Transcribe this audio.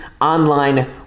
online